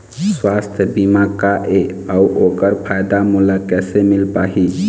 सुवास्थ बीमा का ए अउ ओकर फायदा मोला कैसे मिल पाही?